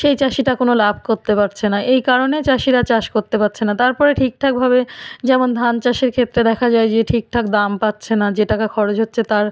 সেই চাষিটা কোনো লাভ করতে পারছে না এই কারণে চাষিরা চাষ করতে পারছে না তারপরে ঠিকঠাকভাবে যেমন ধান চাষের ক্ষেত্রে দেখা যায় যে ঠিকঠাক দাম পাচ্ছে না যে টাকা খরচ হচ্ছে তার